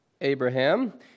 Abraham